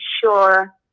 sure